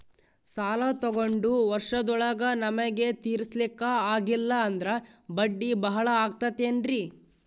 ಸಾಲ ತೊಗೊಂಡು ವರ್ಷದೋಳಗ ನಮಗೆ ತೀರಿಸ್ಲಿಕಾ ಆಗಿಲ್ಲಾ ಅಂದ್ರ ಬಡ್ಡಿ ಬಹಳಾ ಆಗತಿರೆನ್ರಿ?